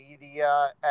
media